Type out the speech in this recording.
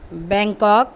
Bangkok